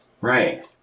Right